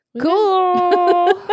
cool